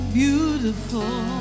beautiful